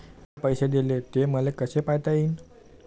मिन पैसे देले, ते मले कसे पायता येईन?